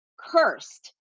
cursed